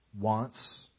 wants